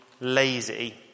lazy